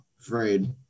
Afraid